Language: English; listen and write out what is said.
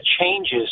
changes